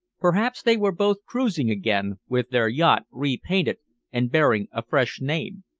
perhaps they were both cruising again, with their yacht repainted and bearing a fresh name.